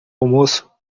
almoço